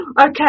Okay